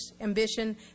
ambition